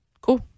cool